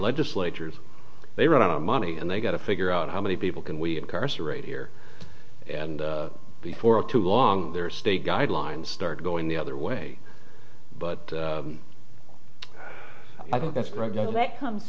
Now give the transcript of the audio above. legislatures they run out of money and they've got to figure out how many people can we incarcerate here and before too long there are state guidelines start going the other way but i think that's great you know that comes